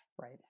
right